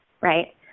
right